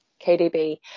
KDB